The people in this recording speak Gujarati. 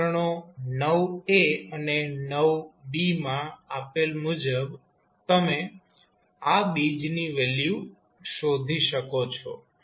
સમીકરણો અને માં આપેલ મુજબ તમે આ બીજની વેલ્યુ શોધી શકો છો